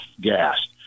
gas